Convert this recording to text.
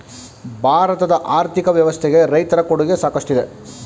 ಭಾರತದ ಆರ್ಥಿಕ ವ್ಯವಸ್ಥೆಗೆ ರೈತರ ಕೊಡುಗೆ ಸಾಕಷ್ಟಿದೆ